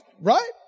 right